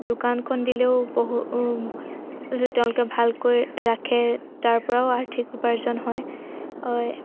দোকানখন দিলেও বহুত তেওঁলোকে ভালকৈ ৰাখে তাৰপৰাও আৰ্থিক উপাৰ্জন হয় হয়